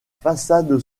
façade